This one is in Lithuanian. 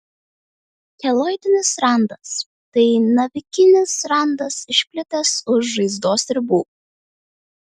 keloidinis randas tai navikinis randas išplitęs už žaizdos ribų